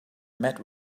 met